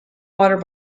water